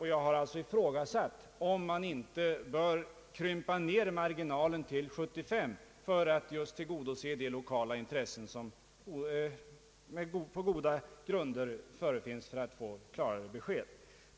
Jag har alltså ifrågasatt om man inte bör krympa ner marginalen till år 1975 för att tillgodose de lokala intressena att tidigare få klara besked.